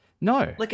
No